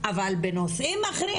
אבל בנושאים אחרים,